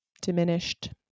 diminished